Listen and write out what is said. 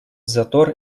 затор